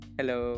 Hello